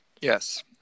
Yes